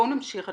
בואו נמשיך,